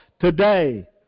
today